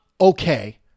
okay